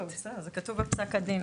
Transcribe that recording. לא, בסדר, זה כתוב בפסק הדין.